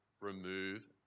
remove